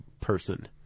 person